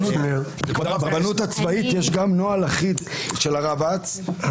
--- ברבנות הצבאית יש נוהל אחד של הרבצ"ר.